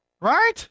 Right